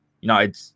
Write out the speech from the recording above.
United